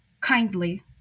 kindly